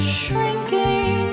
shrinking